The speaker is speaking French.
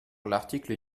l’article